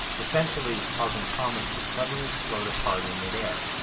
essentially causing comets to suddenly explode apart in midair.